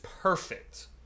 perfect